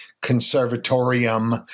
Conservatorium